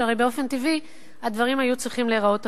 שהרי באופן טבעי הדברים היו צריכים להיראות אחרת.